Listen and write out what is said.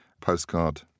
postcard